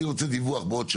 בטווח המיידי,